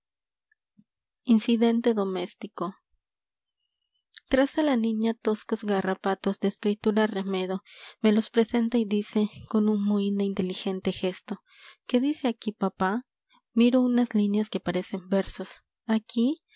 la quieta la que en tierra arraiga me los presenta y dice con un mohín de inteligente gesto qué dice aquí papá miro unas líneas que parecen versos aquí